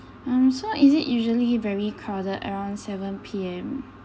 um so is it usually very crowded around seven P_M